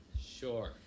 Sure